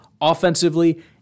offensively